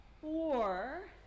four